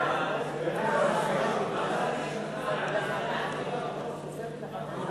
מוקדם בוועדת הפנים והגנת